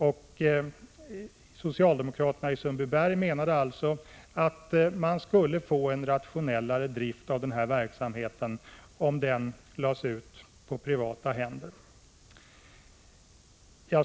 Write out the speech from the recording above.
De socialdemokratiska politikerna menade alltså att fotvårdsverksamheten skulle bli mer rationell om den drevs i privat regi.